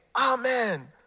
amen